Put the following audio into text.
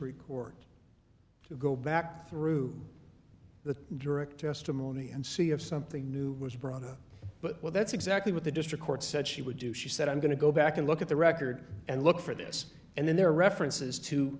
to go back through the direct testimony and see if something new was brought up but well that's exactly what the district court said she would do she said i'm going to go back and look at the record and look for this and then there are references to